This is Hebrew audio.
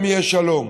גם יהיה שלום.